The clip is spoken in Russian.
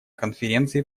конференции